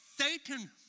Satan